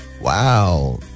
wow